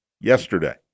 yesterday